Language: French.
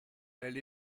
elle